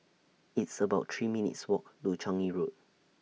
It's about three minutes' Walk to Changi Road